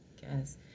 guess